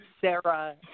Sarah